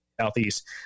southeast